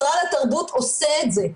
משרד התרבות עושה את זה,